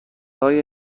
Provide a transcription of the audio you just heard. های